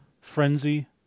frenzy